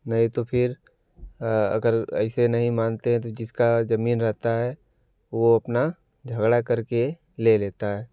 नहीं तो फिर अगर ऐसे नहीं मानते हैं तो जिसका जमीन रहता है वो अपना झगड़ा करके ले लेता है